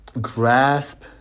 grasp